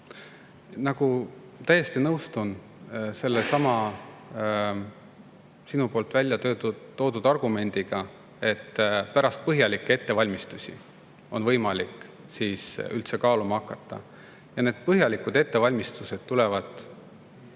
vaja. Täiesti nõustun sinu välja toodud argumendiga, et pärast põhjalikke ettevalmistusi on võimalik seda üldse kaaluma hakata. Ja need põhjalikud ettevalmistused tulevad